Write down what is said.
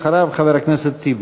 אחריו, חבר הכנסת טיבי.